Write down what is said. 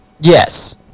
Yes